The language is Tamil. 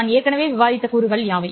நான் ஏற்கனவே விவாதித்த கூறுகள் யாவை